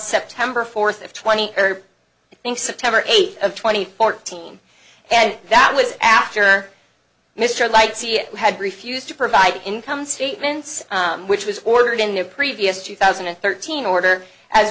september fourth of twenty i think september eighth of twenty fourteen and that was after mr light see it had refused to provide income statements which was ordered in the previous two thousand and thirteen order as